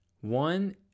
One